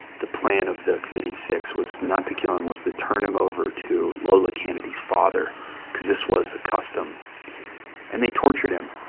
the plan of the committee of six was not to kill him, was to turn him over to lola cannady's father because this was the custom and they tortured him.